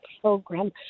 program